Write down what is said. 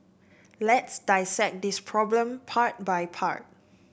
let's dissect this problem part by part